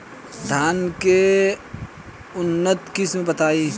धान के उन्नत किस्म बताई?